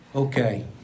Okay